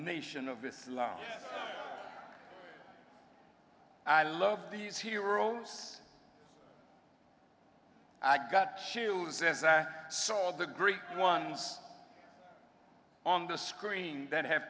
nation of islam i love these heroes i got chills as i saw the great ones on the screen that have